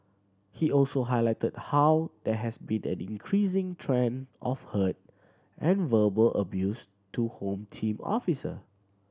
he also highlighted how there has been an increasing trend of hurt and verbal abuse to Home Team officer